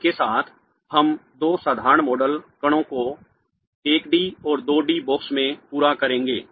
इसके साथ हम दो साधारण मॉडल कणों को एक डी और दो डी बॉक्स में पूरा करेंगे